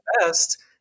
best